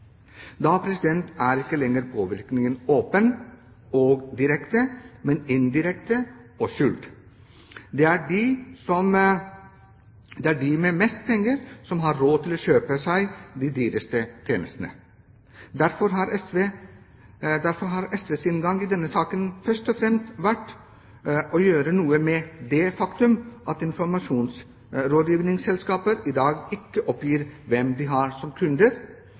Da er ikke lenger påvirkningen åpen og direkte, men indirekte og skjult. Det er de med mest penger som har råd til å kjøpe seg de dyreste tjenestene. Derfor har SVs inngang i denne saken først og fremst vært å gjøre noe med det faktum at informasjonsrådgivningsselskapene i dag ikke oppgir hvem de har som kunder,